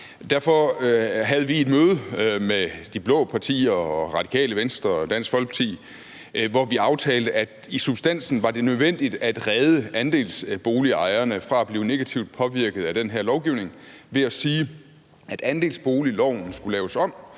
Derfor havde vi et møde med de blå partier og Radikale Venstre og Dansk Folkeparti, hvor vi aftalte, at det i substansen var nødvendigt at redde andelsboligejerne fra at blive negativt påvirket af den her lovgivning ved at sige, at andelsboligloven skulle laves om,